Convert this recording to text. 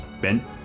Ben